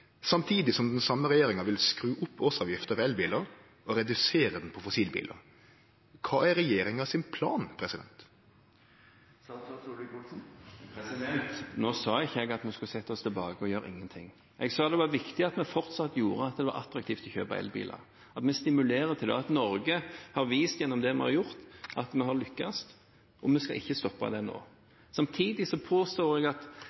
samtidig som den same regjeringa vil skru opp årsavgifta på elbilar og redusere ho på fossilbilar? Kva er regjeringa sin plan? Nå sa ikke jeg at vi skulle sitte i ro og gjøre ingenting, jeg sa det var viktig at vi fortsatt gjør det attraktivt å kjøpe elbiler, at vi stimulerer til det, og at Norge har vist gjennom det vi har gjort, at vi har lyktes, og vi skal ikke stoppe det nå. Samtidig påstår jeg at